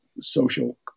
social